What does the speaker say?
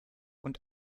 und